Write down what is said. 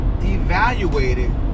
evaluated